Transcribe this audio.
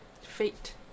fate